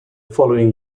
following